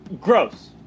gross